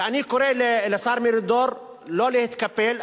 ואני קורא לשר מרידור לא להתקפל.